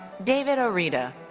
david arida.